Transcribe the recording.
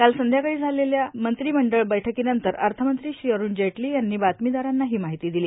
काल संध्याकाळी दिल्लीत झालेल्या मंत्रिमंडळ बैठकीनंतर अर्थमंत्री श्री अरूण जेटली यांनी बातमीदारांना ही माहिती दिली